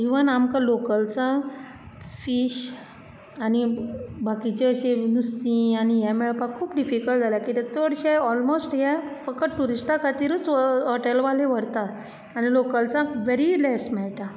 even आमकां लोकल्सांक fish आनी बाकीचे अशें नुस्तीं आनी हे अशे मेळपाक खूब डिफिक्लट जाला बीकोझ चडशे ओलमोस्ट फक्त ट्युरीस्टी खातीरच हॉटेल वाले व्हरतात आनी लोकलसांक वेरी लेस मेळटा